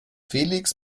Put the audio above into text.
felix